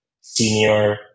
senior